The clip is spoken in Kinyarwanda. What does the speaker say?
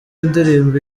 indirimbo